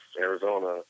Arizona